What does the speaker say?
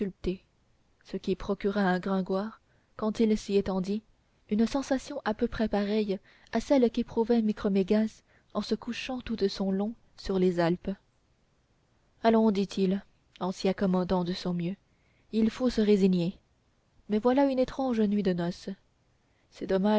ce qui procura à gringoire quand il s'y étendit une sensation à peu près pareille à celle qu'éprouverait micromégas en se couchant tout de son long sur les alpes allons dit-il en s'y accommodant de son mieux il faut se résigner mais voilà une étrange nuit de noces c'est dommage